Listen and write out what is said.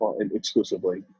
exclusively